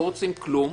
לא רוצים כלום.